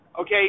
okay